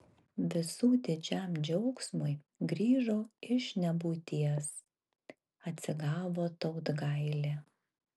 visų didžiam džiaugsmui grįžo iš nebūties atsigavo tautgailė